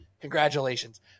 Congratulations